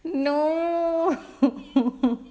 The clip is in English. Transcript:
no